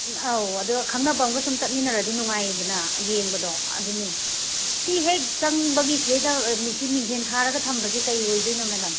ꯑꯧ ꯑꯗꯣ ꯈꯪꯅꯕꯝꯒ ꯁꯨꯝ ꯆꯠꯃꯤꯟꯅꯔꯗꯤ ꯅꯨꯉꯥꯏꯔꯦꯗꯅ ꯌꯦꯡꯕꯗꯣ ꯑꯗꯨꯅꯦ ꯁꯤ ꯍꯦꯛ ꯆꯪꯕꯒꯤꯁꯩꯗ ꯁꯤꯗ ꯃꯤꯡꯖꯦꯟ ꯈꯥꯔꯒ ꯊꯝꯕꯁꯦ ꯀꯩ ꯑꯣꯏꯗꯣꯏꯅꯣ ꯃꯦꯗꯥꯝ